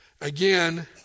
again